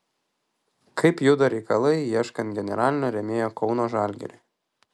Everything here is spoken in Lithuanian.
kaip juda reikalai ieškant generalinio rėmėjo kauno žalgiriui